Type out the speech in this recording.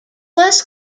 less